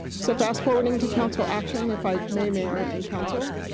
so, fast forwarding to council action, if i may, mayor and council,